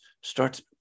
starts